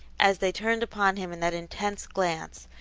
as they turned upon him in that intense glance,